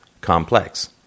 complex